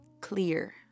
clear